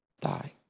die